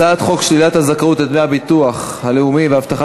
הצעת חוק שלילת הזכאות לדמי הביטוח הלאומי והבטחת